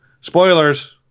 spoilers